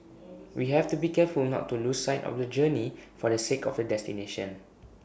we have to be careful not to lose sight of the journey for the sake of the destination